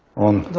on